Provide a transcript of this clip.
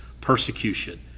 persecution